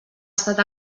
estat